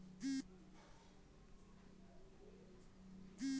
समंद्ररेर पानी पीवार लयाक नी छे